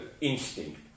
instinct